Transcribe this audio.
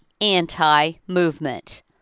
anti-movement